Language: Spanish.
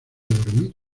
dormir